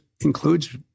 includes